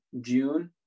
June